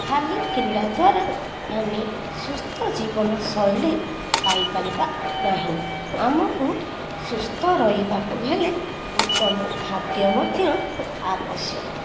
ଖାଲି କ୍ରୀଡ଼ା ଦ୍ୱାରା ଆମେ ସୁସ୍ଥ ଜୀବନ ଶୈଳୀ ପାଇପାରିବା ନାହିଁ ଆମକୁ ସୁସ୍ଥ ରହିବାକୁ ହେଲେ ଉତ୍ତମ ଖାଦ୍ୟ ମଧ୍ୟ ଆବଶ୍ୟକ